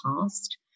past